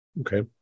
Okay